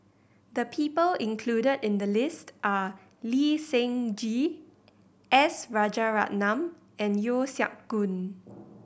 the people included in the list are Lee Seng Gee S Rajaratnam and Yeo Siak Goon